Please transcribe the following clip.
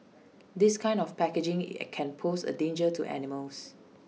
this kind of packaging can pose A danger to animals